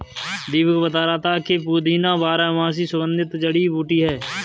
दीपक बता रहा था कि पुदीना बारहमासी सुगंधित जड़ी बूटी है